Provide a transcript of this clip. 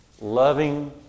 Loving